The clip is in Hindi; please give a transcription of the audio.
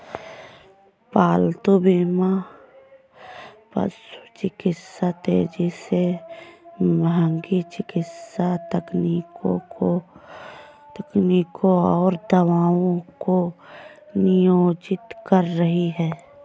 पालतू बीमा पशु चिकित्सा तेजी से महंगी चिकित्सा तकनीकों और दवाओं को नियोजित कर रही है